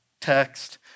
text